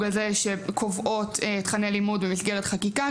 הזה שקובעות תכני לימוד במסגרת חקיקה,